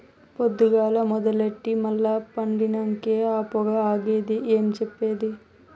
పొద్దుగాల మొదలెట్టి మల్ల పండినంకే ఆ పొగ ఆగేది ఏం చెప్పేది